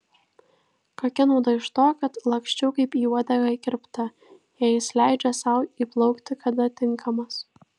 kokia nauda iš to kad laksčiau kaip į uodegą įkirpta jei jis leidžia sau įplaukti kada tinkamas